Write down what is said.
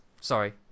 Sorry